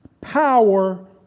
power